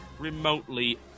remotely